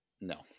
No